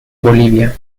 bolivia